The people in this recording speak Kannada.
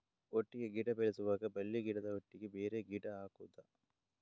ಒಟ್ಟಿಗೆ ಗಿಡ ಬೆಳೆಸುವಾಗ ಬಳ್ಳಿ ಗಿಡದ ಒಟ್ಟಿಗೆ ಬೇರೆ ಗಿಡ ಹಾಕುದ?